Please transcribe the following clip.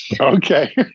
Okay